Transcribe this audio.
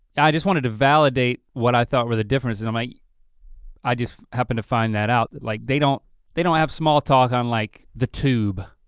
yeah i just wanted to validate what i thought were the differences and i just happened to find that out, like they don't they don't have smalltalk on like the tube,